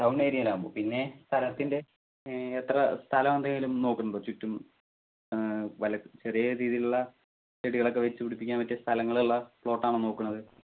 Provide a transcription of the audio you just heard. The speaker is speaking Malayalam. ടൗൺ ഏരിയയിൽ ആവുമ്പോൾ പിന്നെ സ്ഥലത്തിന്റെ എത്ര സ്ഥലം എന്തെങ്കിലും നോക്കുന്നുണ്ടോ ചുറ്റും പല ചെറിയ രീതിയിൽ ഉള്ള ചെടികൾ ഒക്കെ വെച്ച് പിടിപ്പിക്കാൻ പറ്റിയ സ്ഥലങ്ങൾ ഉള്ള പ്ലോട്ട് ആണോ നോക്കുന്നത്